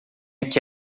aqui